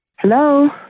Hello